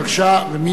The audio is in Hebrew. בבקשה.